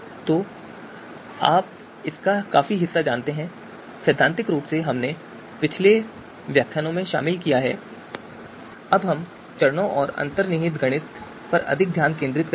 तो आप इसका काफी हिस्सा जानते हैं सैद्धांतिक रूप से हमने पिछले व्याख्यानों में शामिल किया है अब हम चरणों और अंतर्निहित गणित पर अधिक ध्यान केंद्रित करेंगे